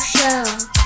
Show